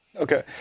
Okay